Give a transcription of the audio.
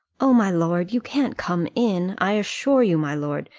oh, my lord, you can't come in, i assure you, my lord,